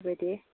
बेबायदि